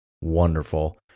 Wonderful